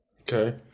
Okay